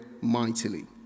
mightily